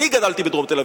אני גדלתי בדרום תל-אביב,